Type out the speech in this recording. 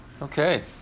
Okay